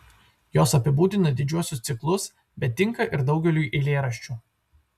jos apibūdina didžiuosius ciklus bet tinka ir daugeliui eilėraščių